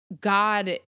God